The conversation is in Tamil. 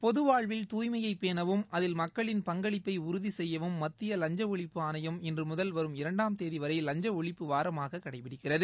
பொதுவாழ்வில் துய்மையை பேணவும் அதில் மக்களின் பங்களிப்பை உறுதி செய்யும் மத்திய ஒழிப்பு ஆணையம் இன்று முதல் வரும் இரண்டாம் தேதி வரை லஞ்ச ஒழிப்பு வாரமாக லஞ்ச கடைபிடிக்கிறது